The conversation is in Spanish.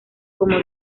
como